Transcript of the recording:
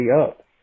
up